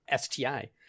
STI